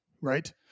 right